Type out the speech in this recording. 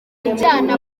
ijyana